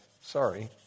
sorry